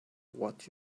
what